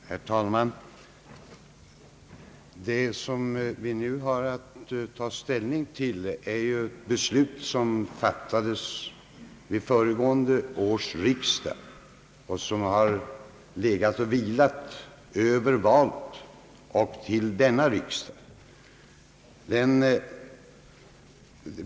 Herr talman! Det som vi nu har att ta ställning till är ett beslut som fattades vid föregående års riksdag och som har legat och vilat över valet och till denna riksdag.